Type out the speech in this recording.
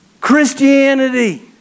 Christianity